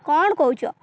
କ'ଣ କହୁଛ